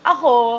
Ako